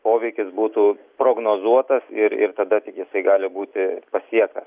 poveikis būtų prognozuotas ir ir tada tik jisai gali būti pasiektas